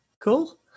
cool